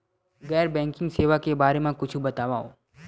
गैर बैंकिंग सेवा के बारे म कुछु बतावव?